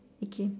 okay